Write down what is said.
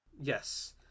Yes